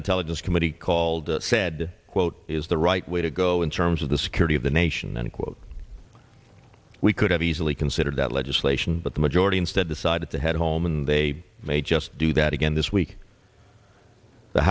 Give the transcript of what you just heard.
intelligence committee called said quote is the right way to go in terms of the security of the nation and quote we could have easily considered that legislation but the majority instead decided to head home and they may just do that again this week the